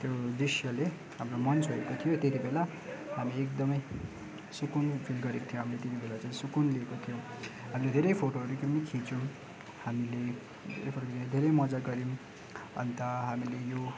त्यो दृश्यले हाम्रो मन छोएको थियो त्यति बेला हामी एकदमै सुकुन फिल गरेको थियौँ हामी त्यति बेला चाहिँ सुकुन लिएको थियौँ हामीले धेरै फोटोहरू पनि खिच्यौँ हामीले धेरै फोटो खिचेर धेरै मजा गर्यौँ अन्त हामीले यो